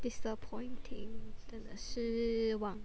disappointing 真的失望